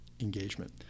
engagement